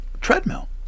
treadmill